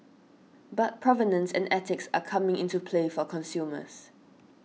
but provenance and ethics are coming into play for consumers